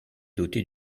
dotée